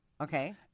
Okay